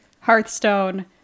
Hearthstone